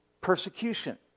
Persecution